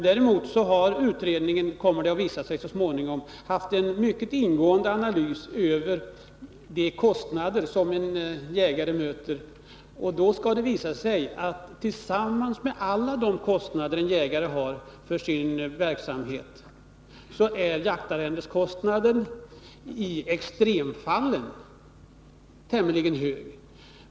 Däremot kommer det så småningom att visa sig att beredningen gjort en mycket ingående analys av de kostnader som en jägare möter. Det kommer att visa sig att av alla de kostnader som en jägare har för sin verksamhet är jaktarrendeskostnaden i extremfallen tämligen hög.